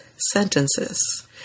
sentences